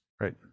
Right